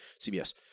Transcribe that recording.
CBS